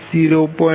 35Pg2411